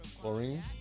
Chlorine